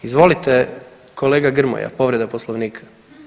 Izvolite kolega Grmoja, povreda Poslovnika.